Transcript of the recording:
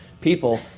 people